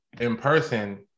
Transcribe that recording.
in-person